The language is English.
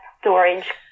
storage